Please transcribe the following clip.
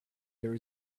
there